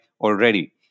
already